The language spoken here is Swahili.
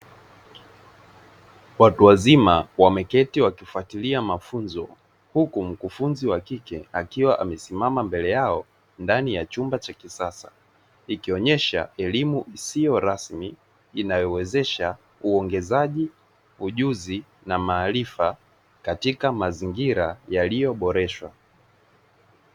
Watu wazima wameketi wakifuatilia mafunzo huku mkufunzi wa kike akiwa amesimama mbele yao ndani ya chumba cha kisasa, ikionyesha elimu isiyo rasmi inayowezesha uongezaji ujuzi na maarifa katika mazingira yaliyoboreshwa.